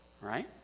right